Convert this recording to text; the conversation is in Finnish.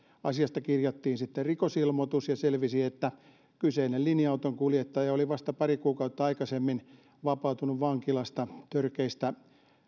asiasta kirjattiin sitten rikosilmoitus ja selvisi että kyseinen linja autonkuljettaja oli vasta pari kuukautta aikaisemmin vapautunut vankilasta törkeistä